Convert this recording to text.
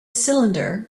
cylinder